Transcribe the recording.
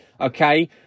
okay